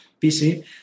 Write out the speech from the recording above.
PC